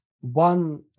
one